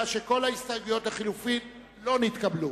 לא נתקבלה.